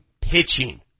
pitching